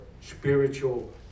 spiritual